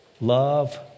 Love